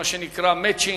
מה שנקרא "מצ'ינג",